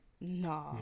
No